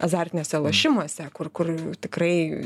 azartiniuose lošimuose kur kur tikrai